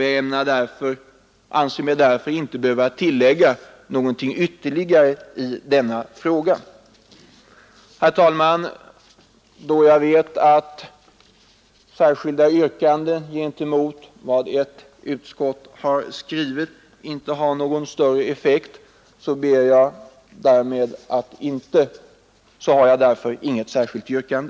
Jag anser mig därför inte behöva tillägga någonting ytterligare i denna fråga. Herr talman! Då jag vet att särskilda yrkanden gentemot vad ett utskott har skrivit inte har någon större effekt har jag inget yrkande.